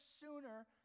sooner